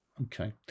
Okay